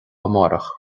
amárach